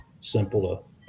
simple